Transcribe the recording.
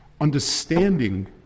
Understanding